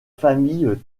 famille